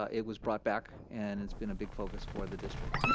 ah it was brought back and it's been a big focus for the district.